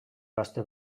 gazte